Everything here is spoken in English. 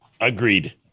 agreed